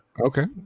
okay